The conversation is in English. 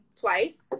twice